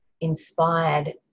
inspired